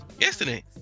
yesterday